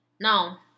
Now